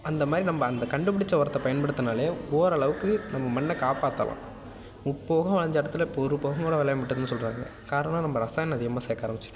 அந்தமாதிரி நம்ம அந்த கண்டுபிடிச்ச உரத்த பயன்படுத்துனாலே ஓரளவுக்கு நம்ம மண்ணை காப்பாற்றலாம் முப்போகம் விளஞ்ச எடத்தில் இப்போ ஒரு போகம் கூட விளையமாட்டுதுன்னு சொல்கிறாங்க காரணம் நம்ம ரசாயனம் அதிகமாக சேர்க்க ஆரம்பிச்சிட்டோம்